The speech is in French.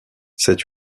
cette